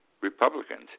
Republicans